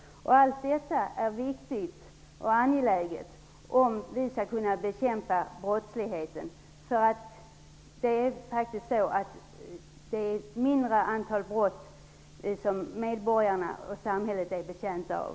Allt detta är viktigt och angeläget, om vi skall kunna bekämpa brottsligheten. Både samhället och medborgarna är betjänta av att antalet brott minskar.